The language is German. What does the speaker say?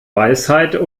weisheit